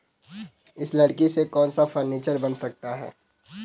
इस लकड़ी से कौन सा फर्नीचर बन सकता है?